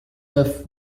neuf